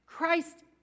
Christ